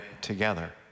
together